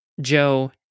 Joe